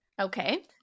Okay